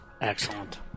Excellent